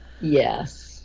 Yes